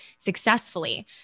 successfully